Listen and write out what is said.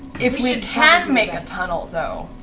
if we can make a tunnel, though.